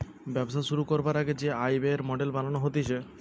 ব্যবসা শুরু করবার আগে যে আয় ব্যয়ের মডেল বানানো হতিছে